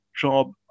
job